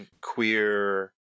queer